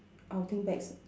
outing bags